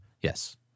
Yes